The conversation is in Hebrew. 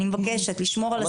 אני מבקשת לשמור על הסדר.